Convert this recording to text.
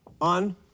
on